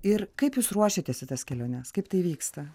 ir kaip jūs ruošiatės į tas keliones kaip tai vyksta